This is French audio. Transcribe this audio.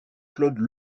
claude